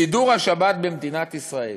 סידור השבת במדינת ישראל,